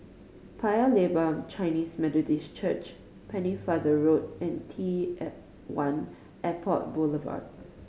Paya Lebar Chinese Methodist Church Pennefather Road and T L One Airport Boulevard